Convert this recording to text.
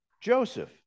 Joseph